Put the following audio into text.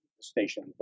station